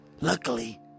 Luckily